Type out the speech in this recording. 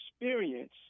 experience